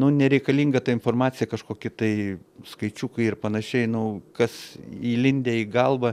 nu nereikalinga ta informaciją kažkokie tai skaičiukai ir panašiai nu kas įlindę į galvą